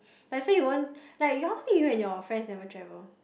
that's why you won't like how come you and your friends never travel